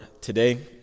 today